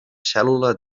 cèl·lula